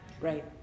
Right